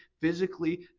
physically